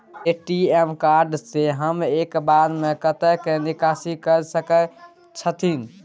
ATM card से हम एक बेर में कतेक निकासी कय सके छथिन?